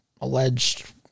alleged